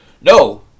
No